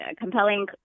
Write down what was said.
Compelling